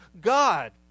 God